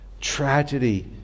tragedy